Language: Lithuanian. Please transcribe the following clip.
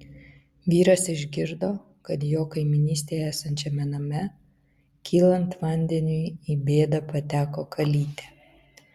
vyras išgirdo kad jo kaimynystėje esančiame name kylant vandeniui į bėdą pateko kalytė